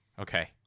Okay